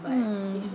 mm